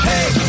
Hey